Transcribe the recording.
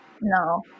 No